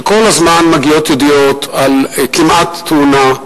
כל הזמן מגיעות ידיעות על כמעט תאונה.